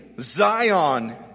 Zion